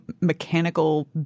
mechanical